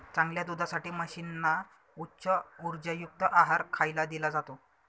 चांगल्या दुधासाठी म्हशींना उच्च उर्जायुक्त आहार खायला दिला जातो